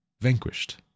vanquished